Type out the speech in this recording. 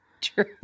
True